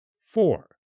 four